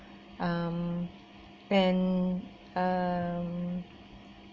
um and um